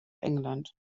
england